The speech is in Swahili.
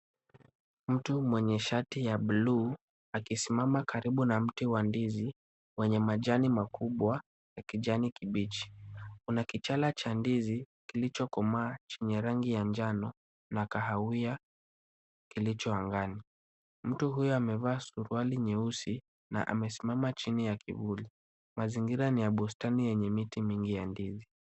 Mtu mwenye shati ya buluu akisimama karibu na mti wa ndizi wenye majani makubwa ya kijani kibichi. Kuna kichala cha ndizi kilichokomaa chenye rangi ya njano na kahawia ilicho angani. Mtu huyu amevaa suruali nyeusi na amesimama chini ya kivuli. Mazingira ni ya bustani yenye miti mingi ya ndizi.